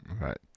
Right